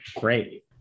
great